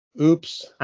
Oops